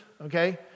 Okay